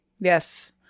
Yes